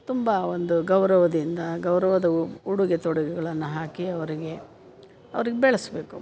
ತುಂಬ ಒಂದು ಗೌರವದಿಂದ ಗೌರವದ ಉಡುಗೆ ತೊಡುಗೆಗಳನ್ನ ಹಾಕಿ ಅವರಿಗೆ ಅವ್ರಿಗೆ ಬೆಳೆಸಬೇಕು